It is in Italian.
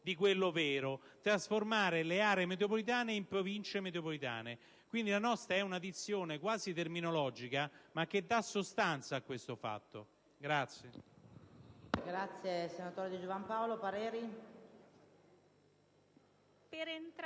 quello vero: trasformare le aree metropolitane in Province metropolitane. Quindi, la nostra è una dizione quasi terminologica, ma che dà sostanza a questo fatto.